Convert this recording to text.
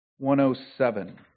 107